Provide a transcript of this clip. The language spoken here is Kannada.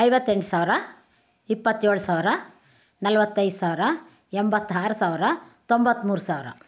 ಐವತ್ತೆಂಟು ಸಾವಿರ ಇಪ್ಪತ್ತೇಳು ಸಾವಿರ ನಲ್ವತ್ತೈದು ಸಾವಿರ ಎಂಬತ್ತಾರು ಸಾವಿರ ತೊಂಬತ್ತ ಮೂರು ಸಾವಿರ